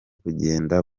kugenda